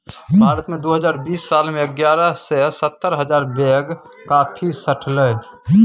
भारत मे दु हजार बीस साल मे एगारह सय सत्तर हजार बैग कॉफी सठलै